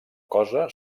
cosa